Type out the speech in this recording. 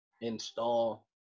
install